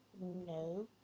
no